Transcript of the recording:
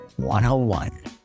101